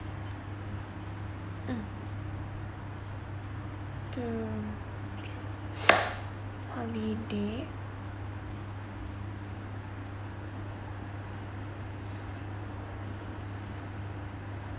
mm two three holiday